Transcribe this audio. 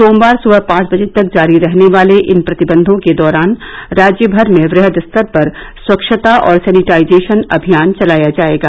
सोमवार सुबह पांच बजे तक जारी रहने वाले इन प्रतिब्यों के दौरान राज्य भर में वहद स्तर पर स्वच्छता और सैनिटाइजेशन अभियान चलाया जाएगा